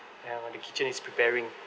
uh the kitchen is preparing